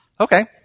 Okay